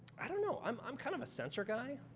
i don't know. i'm i'm kind of a sensor guy.